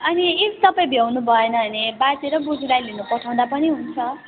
अनि इफ तपाईँ भ्याउनुभएन भने बाजे र बोज्यूलाई लिनु पठाउँदा पनि हुन्छ